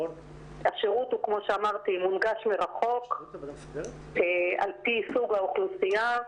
השירות הוא כמו שאמרתי מונגש מרחוק על פי סוג האוכלוסייה,